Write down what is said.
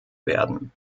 werden